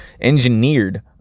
engineered